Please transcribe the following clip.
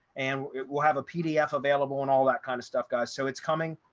and we'll have a pdf available and all that kind of stuff, guys, so it's coming.